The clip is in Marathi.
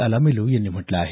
अलामेलू यांनी म्हटलं आहे